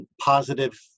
positive